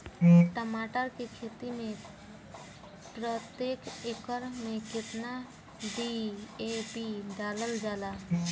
टमाटर के खेती मे प्रतेक एकड़ में केतना डी.ए.पी डालल जाला?